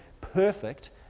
perfect